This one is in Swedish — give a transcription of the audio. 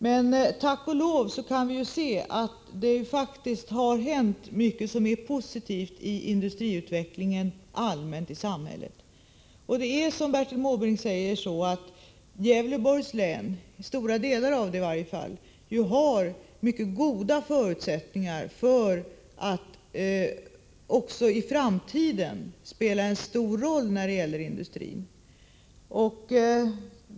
Men tack och lov kan vi se att det faktiskt har hänt mycket som är positivt i den allmänna industriutvecklingen i samhället. Stora delar av Gävleborgs län har, som Bertil Måbrink säger, goda förutsättningar att också i framtiden spela en betydande roll när det gäller industrin.